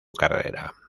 carrera